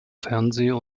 fernseh